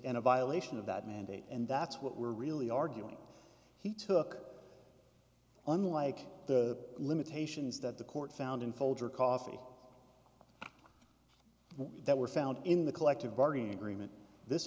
and a violation of that mandate and that's what we're really arguing he took unlike the limitations that the court found in folgers coffee that were found in the collective bargaining agreement this